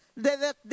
de